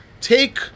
take